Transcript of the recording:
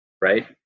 right